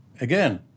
again